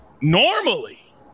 normally